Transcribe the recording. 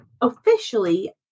officially